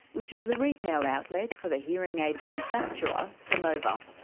which is the retail outlet for the hearing aid manufacturer sonova.